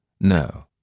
No